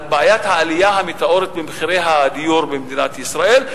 בעיית העלייה המטאורית במחירי הדיור במדינת ישראל.